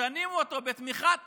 משנים אותו בתמיכת